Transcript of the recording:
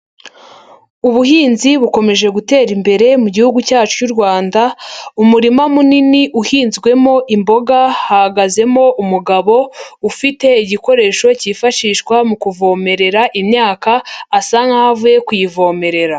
Ubuhinzi bukomeje gutera imbere mu gihugu cyacu cy'u Rwanda, umurima munini uhinzwemo imboga hahagazemo umugabo ufite igikoresho cyifashishwa mu kuvomerera imyaka, asa nkaho avuye kuyivomerera.